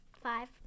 Five